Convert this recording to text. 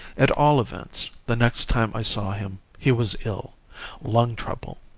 at all events, the next time i saw him he was ill lung trouble.